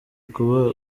kuba